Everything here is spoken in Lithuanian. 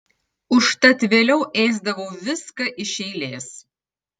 užtat vėliau ėsdavau viską iš eilės